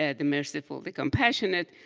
ah the merciful, the compassionate,